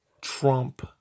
Trump